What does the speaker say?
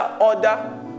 order